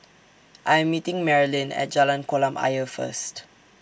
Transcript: I Am meeting Marylin At Jalan Kolam Ayer First